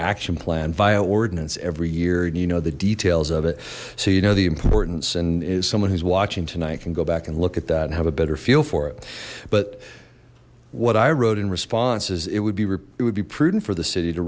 action plan via ordinance every year you know the details of it so you know the importance and is someone who's watching tonight can go back and look at that and have a better feel for it but what i wrote in response is it would be would be prudent for the city to